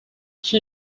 qui